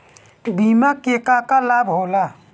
बिमा के का का लाभ होला?